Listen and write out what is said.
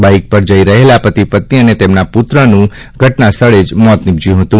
bike પર જઈ રહેલા પતિ પત્ની અને તેમના પુત્રનું ઘટના સ્થળે જ મોત નિપજ્યું હતું